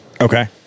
Okay